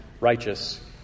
righteous